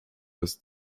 bez